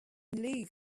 leave